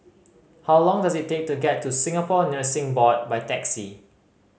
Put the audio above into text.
how long does it take to get to Singapore Nursing Board by taxi